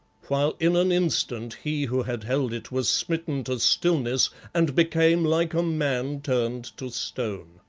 while in an instant he who had held it was smitten to stillness and became like a man turned to stone.